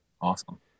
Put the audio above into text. Awesome